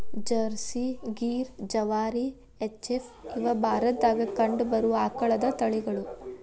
Jersey, Gir, Jawari, H F, ಇವ ಭಾರತದಾಗ ಕಂಡಬರು ಆಕಳದ ತಳಿಗಳು